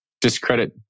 discredit